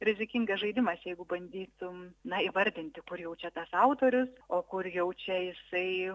rizikingas žaidimas jeigu bandytum na įvardinti kur jau čia tas autorius o kur jau čia jisai